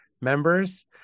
members